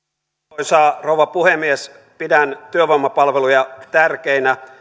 arvoisa rouva puhemies pidän työvoimapalveluja tärkeinä